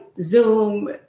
Zoom